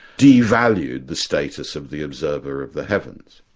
devalued the status of the observer of the heavens.